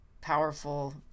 powerful